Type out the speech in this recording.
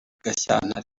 gashyantare